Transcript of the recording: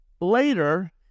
later